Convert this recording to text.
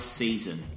season